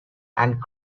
and